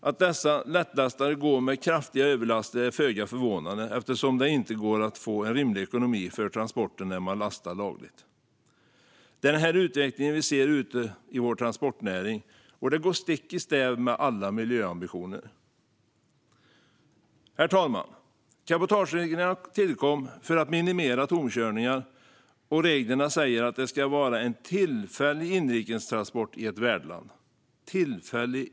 Att dessa lättlastare går med kraftiga överlaster är föga förvånande eftersom det inte går att få en rimlig ekonomi för transporten när man lastar lagligt. Det är den här utvecklingen vi ser ute i vår transportnäring, och det går stick i stäv med alla miljöambitioner. Herr talman! Cabotagereglerna tillkom för att minimera tomkörningar, och reglerna säger att det ska vara en tillfällig inrikestransport i ett värdland.